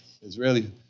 Israeli